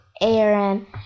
Aaron